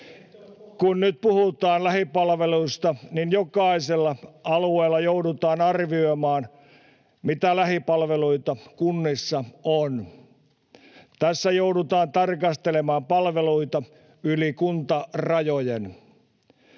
Kun nyt puhutaan lähipalveluista, niin jokaisella alueella joudutaan arvioimaan, mitä lähipalveluita kunnissa on. Tässä joudutaan tarkastelemaan palveluita yli kuntarajojen.